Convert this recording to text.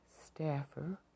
staffer